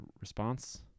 response